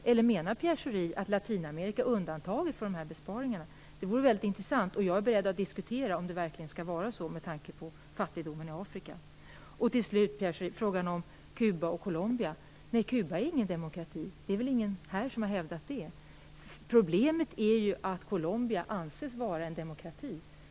Eller menar Pierre Schori att Latinamerika är undantaget från besparingarna? Det vore väldigt intressant. Jag är beredd att diskutera om det verkligen skall vara så med tanke på fattigdomen i Afrika. Till slut, Pierre Schori, vill jag vad gäller Kuba och Colombia säga: Nej, Kuba är ingen demokrati. Det är väl ingen här som har hävdat det. Problemet är att Colombia anses vara en demokrati.